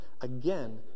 again